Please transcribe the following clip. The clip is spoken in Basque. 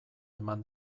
eman